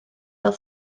fel